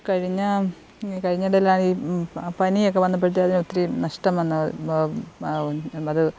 കഴിഞ്ഞ കഴിഞ്ഞ ഇടയിലായി പനിയൊക്കെ വന്നപ്പോഴത്തേന് ഒത്തിരി നഷ്ടം വന്ന് പിന്നെ അത്